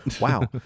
Wow